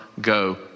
go